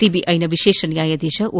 ಸಿಬಿಐನ ವಿಶೇಷ ನ್ಯಾಯಾಧೀತ ಓ